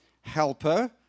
helper